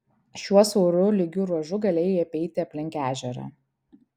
šiuo siauru lygiu ruožu galėjai apeiti aplink ežerą